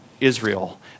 Israel